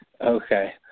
Okay